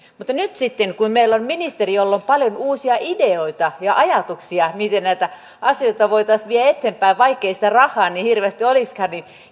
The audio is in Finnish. mutta nyt sitten kun meillä on ministeri jolla on paljon uusia ideoita ja ajatuksia miten näitä asioita voitaisiin viedä eteenpäin vaikkei sitä rahaa niin hirveästi olisikaan